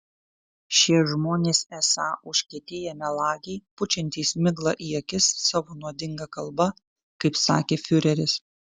šie žmonės esą užkietėję melagiai pučiantys miglą į akis savo nuodinga kalba kaip sakė fiureris